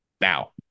Now